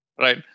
Right